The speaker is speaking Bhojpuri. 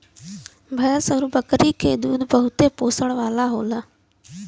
भैंस आउर बकरी के दूध बहुते पोषण वाला होला